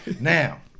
Now